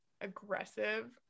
aggressive